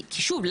כי שוב,